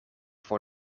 voor